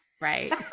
right